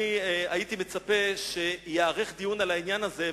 הייתי מצפה שייערך דיון על העניין הזה,